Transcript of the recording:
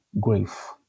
grief